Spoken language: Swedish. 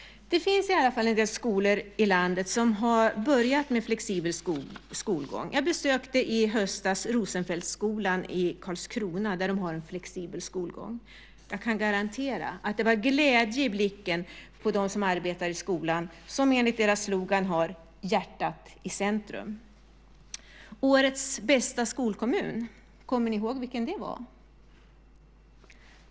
Det finns i alla fall en del skolor i landet som har börjat med flexibel skolgång. Jag besökte i höstas Rosenfeldtsskolan i Karlskrona där man har flexibel skolgång. Jag kan garantera att det var glädje i blicken på dem som arbetade i den skolan, som enligt sin slogan har "hjärtat i centrum". Årets bästa skolkommun, kommer ni ihåg vilken det var?